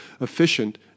efficient